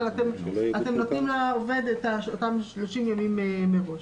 אבל אתםנותנים לעובד את אותם 30 ימים מראש.